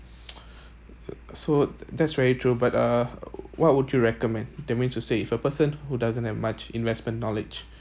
so that's very true but uh what would you recommend that means to say if a person who doesn't have much investment knowledge